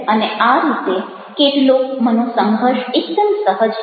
અને આ રીતે કેટલોક મનોસંઘર્ષ એકદમ સહજ છે